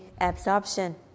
absorption